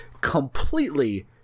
completely